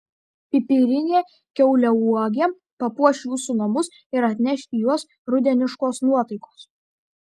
pipirinė kiauliauogė papuoš jūsų namus ir atneš į juos rudeniškos nuotaikos